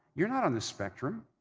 you're not on this spectrum,